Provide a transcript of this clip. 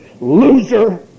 loser